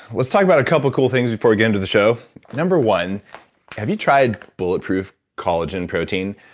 let's talk about a couple cool things before we get into the show. number one have you tried bulletproof collagen protein?